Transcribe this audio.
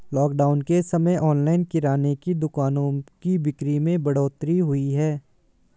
lockdown के समय online किराने की दुकानों की बिक्री में बढ़ोतरी हुई है